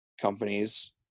companies